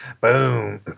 boom